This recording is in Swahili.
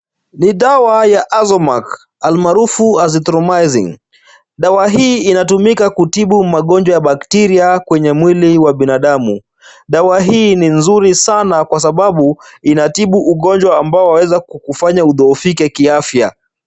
Ni dawa ya Azomax almaarufu Azithromycin. Dawa hii inatumika kutibu magonjwa ya bakteria kwenye mwili wa binadamu. Dawa hii ni nzuri sana kwa sababu inatibu ugonjwa ambao waweze kukufanya udhoofike kiafya.